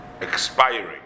expiring